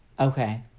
Okay